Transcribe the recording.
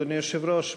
אדוני היושב-ראש,